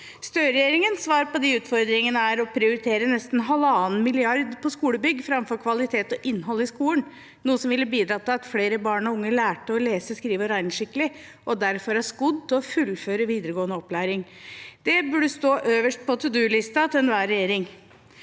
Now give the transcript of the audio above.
Støre-regjeringens svar på disse utfordringene er: – å prioritere nesten halvannen milliard på skolebygg framfor på kvalitet og innhold i skolen, noe som ville ha bidratt til at flere barn og unge lærte å lese, skrive og regne skikkelig og derfor ville være skodd til å fullføre videregående opplæring Det burde stå øverst på «to do»-lista til enhver regjering.